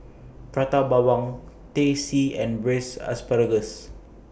Prata Bawang Teh C and Braised Asparagus